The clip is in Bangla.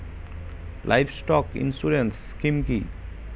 লাইভস্টক ইন্সুরেন্স স্কিম কি?